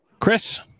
Chris